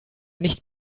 nicht